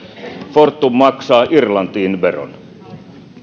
fortum maksaa irlantiin veron